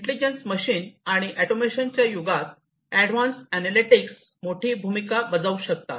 intelligence machines आणि ऑटोमेशनच्या युगात ऍडव्हान्स अॅनालॅटिक्स मोठी भूमिका बजावू शकतात